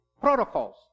protocols